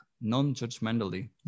non-judgmentally